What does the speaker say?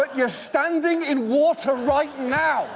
but you're standing in water right now